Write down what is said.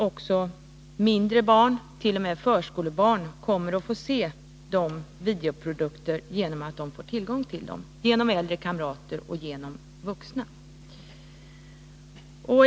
Också mindre barn, t.o.m. förskolebarn, kommer då att få se dessa videoprodukter, genom att de får tillgång till dem genom äldre kamrater och genom vuxna.